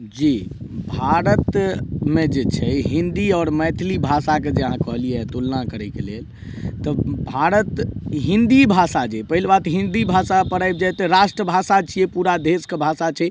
जी भारतमे जे छै हिन्दी आओर मैथिली भाषाके जे अहाँ कहलियै हइ तुलना करयके लेल तऽ भारत हिन्दी भाषा जे पहिल बात हिन्दी भाषापर आबि जाइ तऽ राष्ट्र भाषा छियै पूरा देशके भाषा छै